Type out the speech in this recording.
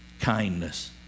Kindness